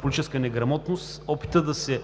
политическа неграмотност, опитът да се